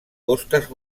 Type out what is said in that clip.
costes